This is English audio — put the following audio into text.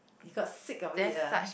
he got sick of it ah